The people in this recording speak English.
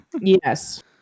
Yes